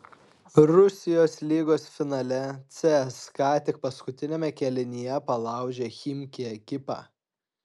rusijos lygos finale cska tik paskutiniame kėlinyje palaužė chimki ekipą